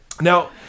now